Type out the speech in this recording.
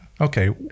Okay